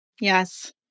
Yes